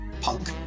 punk